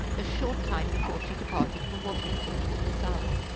a short time before she departed from washington for the south.